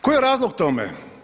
Koji je razlog tome?